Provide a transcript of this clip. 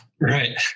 Right